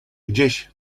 gdzieś